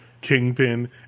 kingpin